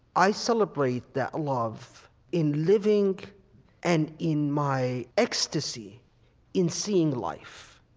i celebrate that love in living and in my ecstasy in seeing life.